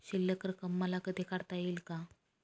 शिल्लक रक्कम मला कधी काढता येईल का?